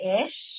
ish